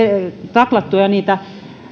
taklattua niitä